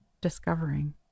discovering